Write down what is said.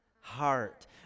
heart